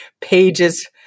pages